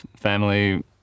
family